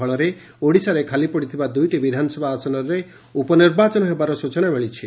ଫଳରେ ଓଡ଼ିଶାରେ ଖାଲି ପଡିଥିବା ଦୁଇଟି ବିଧାନସଭା ଆସନରେ ଉପନିର୍ବାଚନ ହେବାର ସୂଚନା ମିଳିଛି